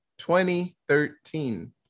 2013